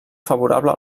favorable